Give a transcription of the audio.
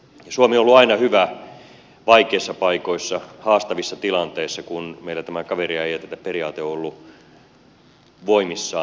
suomi on ollut aina hyvä vaikeissa paikoissa haastavissa tilanteissa kun meillä tämä kaveria ei jätetä periaate on ollut voimissaan